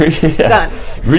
Done